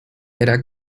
era